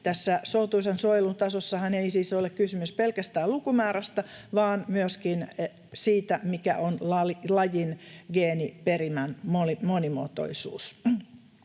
suotuisan suojelun tasossahan ei siis ole kysymys pelkästään lukumäärästä vaan myöskin siitä, mikä on lajin geeniperimän monimuotoisuus.